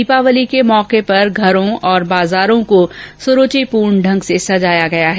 दीपावाली के मौके पर घरों और बाजारों को सुरूचिपूर्ण ढंग से सजाया गया है